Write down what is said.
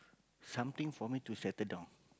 something for me to settle down